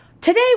Today